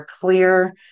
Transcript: clear